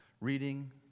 reading